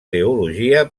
teologia